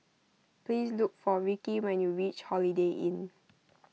please look for Rickie when you reach Holiday Inn